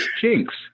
Jinx